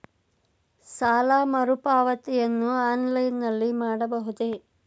ಸಾಲ ಮರುಪಾವತಿಯನ್ನು ಆನ್ಲೈನ್ ನಲ್ಲಿ ಮಾಡಬಹುದೇ?